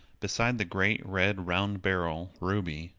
beside the great, red, round barrel, ruby,